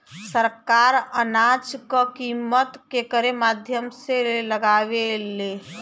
सरकार अनाज क कीमत केकरे माध्यम से लगावे ले?